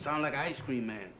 sound like ice cream an